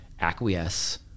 acquiesce